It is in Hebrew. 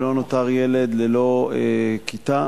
ולא נותר ילד ללא כיתה,